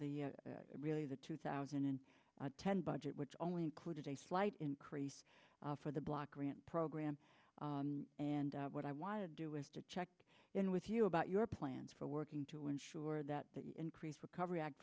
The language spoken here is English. the of the really the two thousand and ten budget which only included a slight increase for the block grant program and what i want to do is to check in with you about your plans for working to ensure that that increase recovery act